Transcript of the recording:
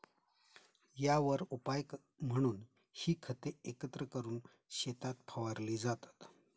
यावर उपाय म्हणून ही खते एकत्र करून शेतात फवारली जातात